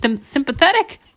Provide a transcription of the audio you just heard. sympathetic